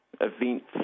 events